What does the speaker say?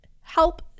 help